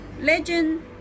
legend